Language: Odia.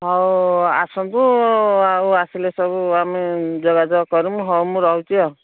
ହଉ ଆସନ୍ତୁ ଆଉ ଆସିଲେ ସବୁ ଆମେ ଯୋଗାଯୋଗ କରମୁ ହଉ ମୁଁ ରହୁଛି ଆଉ